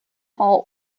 hall